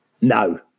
No